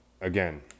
Again